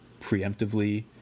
preemptively